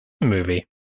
movie